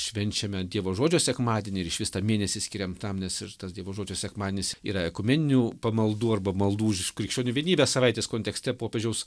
švenčiame dievo žodžio sekmadienį ir išvis tą mėnesį skiriam tam nes ir tas dievo žodžio sekmadienis yra ekumeninių pamaldų arba maldų už krikščionių vienybę savaitės kontekste popiežiaus